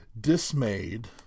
dismayed